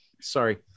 sorry